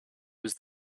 was